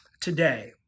today